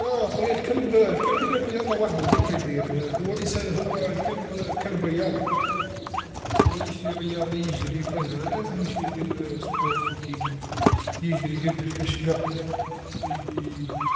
أه خويا الكلبا، الكل يدير رياضا وحدو ديما يدير، هو إنسا هو الكلب كلب رياضي، هو يجري رياضي يجري و كذا لازملو يدير شويا صبور جري، يجري يردف كاش قط و